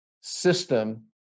system